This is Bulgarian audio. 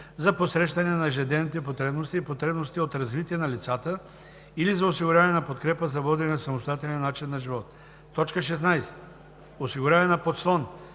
за посрещане на ежедневните потребности и потребностите от развитие на лицата или за осигуряване на подкрепа за водене на самостоятелен начин на живот. 16. „Осигуряване на подслон“